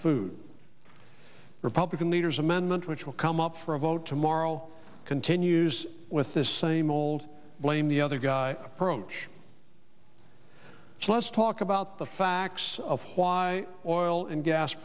food republican leaders amendment which will come up for a vote tomorrow continues with the same old blame the other guy approach let's talk about the facts of why oil and gas